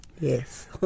Yes